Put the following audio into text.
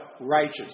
Righteous